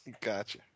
Gotcha